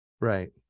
Right